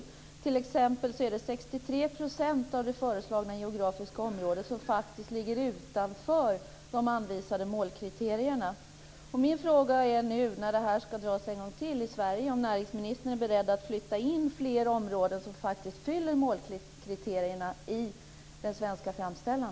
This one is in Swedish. Det är t.ex. 63 % av det föreslagna geografiska området som faktiskt ligger utanför de anvisade målkriterierna. Min fråga är nu, när detta ska dras en gång till i Sverige, om näringsministern är beredd att lyfta in fler områden som fyller målkriterierna i den svenska framställan.